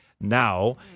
now